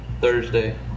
Thursday